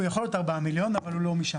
הוא יכול להיות ארבע המיליון, אבל הוא לא משם.